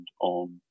on